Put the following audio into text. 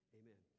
amen